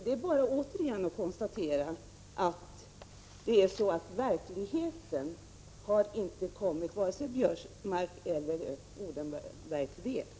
Det är bara återigen att konstatera att verkligheten inte har nått fram till vare sig Biörsmark eller Odenberg.